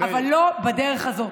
אבל לא בדרך הזאת.